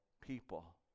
people